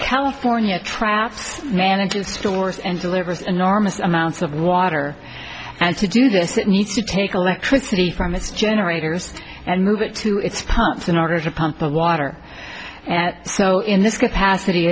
california traps manages stores and delivers enormous amounts of water and to do this it needs to take alexis city from its generators and move it to its parts in order to pump the water and so in this capacity